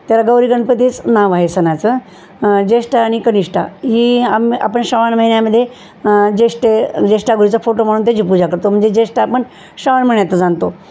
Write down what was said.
त्याला गौरी गणपतीच नाव आहे सणाचं ज्येष्ठा आणि कनिष्ठा ही आम् आपण श्रावण महिन्यामध्ये ज्येष्ठा ज्येष्ठ गौरीचा फोटो म्हणून त्याची पूजा करतो म्हणजे जेष्ठा आपण श्रावण महिन्यातच आणतो